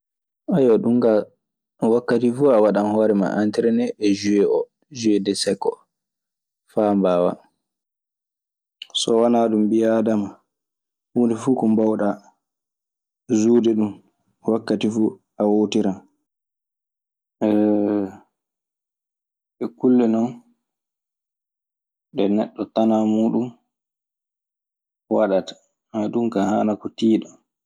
Ɗun kaa, wakkati fuu a waɗan hoore maa anterenee e suee oo, suee desek oo faa mbaawaa. So wanaa ɗun, ɓii aadama, huunde fuu ko mboowɗaa suude ɗun wakkati fuu, a woowtiran. Ɗe kulle non ɗe neɗɗo tanaa muuɗun waɗata. Ɗun kaa haanaa ko tiiɗa.